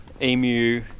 emu